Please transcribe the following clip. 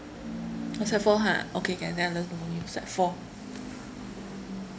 oh sec four ha okay can then I learn from you sec four